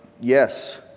yes